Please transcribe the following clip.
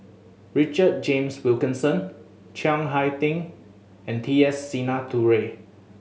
Richard James Wilkinson Chiang Hai Ding and T S Sinnathuray